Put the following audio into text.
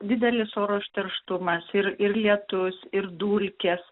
didelis oro užterštumas ir ir lietus ir dulkės